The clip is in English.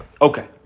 Okay